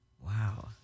Wow